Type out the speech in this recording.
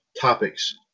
topics